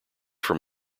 from